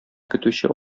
көтүче